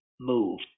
move